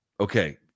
Okay